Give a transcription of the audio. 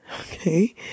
Okay